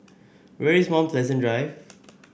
where is Mount Pleasant Drive